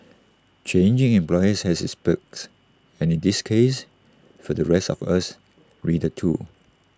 changing employers has its perks and in this case for the rest of us readers too